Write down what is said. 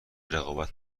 رقابت